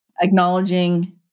acknowledging